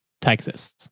Texas